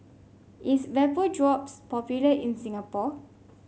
is Vapodrops popular in Singapore